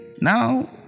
Now